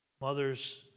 Mothers